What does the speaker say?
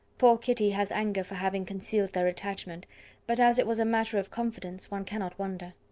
poor kitty has anger for having concealed their attachment but as it was a matter of confidence, one cannot wonder.